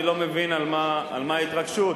אני לא מבין על מה ההתרגשות,